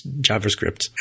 JavaScript